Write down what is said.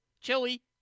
Chili